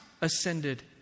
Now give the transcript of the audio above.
ascended